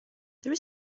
there